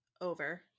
over